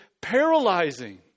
paralyzing